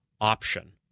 option